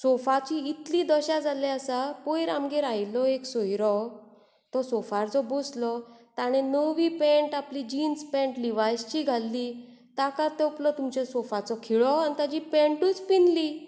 सोफाची इतली दशा जाल्ली आसा पयर आमगेर आयिल्लो एक सोयरो तो सोफार जो बसलो ताणे नवी पँट आपली जिन्स पँट लिवायसची पँट घाल्ली ताका तोपलो तुमच्या सोफाचो खिळो आनी ताजी पँटूच पिनली